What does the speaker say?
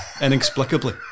inexplicably